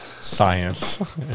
Science